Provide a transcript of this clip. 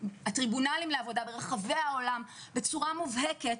הטריבונלים לעבודה ברחבי העולם קובעים בצורה מובהקת,